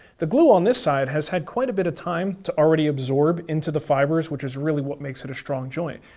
the glue on this side has had quite a bit of time to already absorb into the fibres which is really what makes it a strong joint.